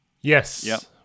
Yes